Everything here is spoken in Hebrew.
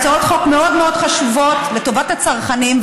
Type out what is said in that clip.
אלו הצעות חוק מאוד מאוד חשובות לטובת הצרכנים,